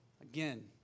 Again